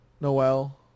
Noel